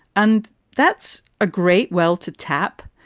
and that's a great well to tap.